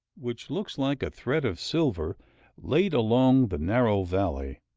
which looks like a thread of silver laid along the narrow valley,